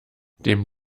dem